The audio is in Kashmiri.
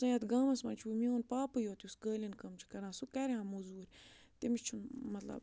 ژٕ یَتھ گامَس منٛز چھُکھ میون پاپٕے یوت یُس قٲلیٖن کٲم چھُ کَران سُہ کَرِہا مٔزوٗرۍ تٔمِس چھُنہٕ مطلب